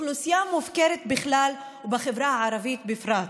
האוכלוסייה מופקרת בכלל ובחברה הערבית בפרט.